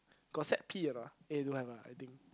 got set P or not eh don't have ah I think